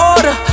Order